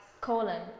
Colon